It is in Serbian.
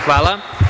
Hvala.